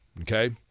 okay